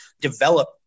develop